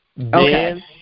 Okay